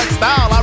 style